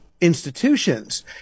institutions